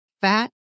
Fat